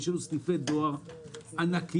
יש לנו סניפי דואר ענקיים,